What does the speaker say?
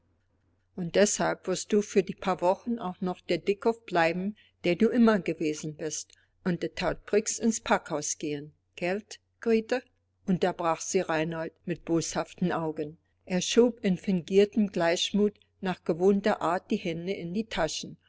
und deshalb wirst du für die paar wochen auch noch der dickkopf bleiben der du immer gewesen bist und tout prix ins packhaus gehen gelt grete unterbrach sie reinhold mit boshaften augen er schob in fingiertem gleichmut nach gewohnter art die hände in die taschen